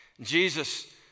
Jesus